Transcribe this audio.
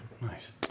Nice